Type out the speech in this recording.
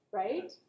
right